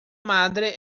madre